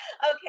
Okay